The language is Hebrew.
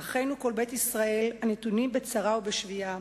"אחינו כל בית ישראל, הנתונים בצרה ובשביה,